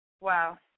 Wow